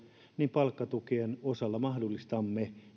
palkkatukien kautta mahdollistamme